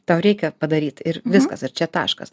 tau reikia padaryt ir viskas ir čia taškas